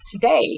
today